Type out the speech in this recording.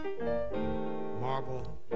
Marble